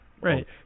Right